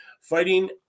fighting